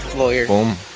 lawyer boom.